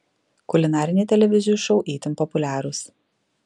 kulinariniai televizijų šou itin populiarūs